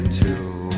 two